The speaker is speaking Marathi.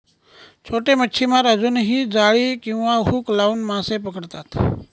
छोटे मच्छीमार अजूनही जाळी किंवा हुक लावून मासे पकडतात